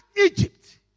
Egypt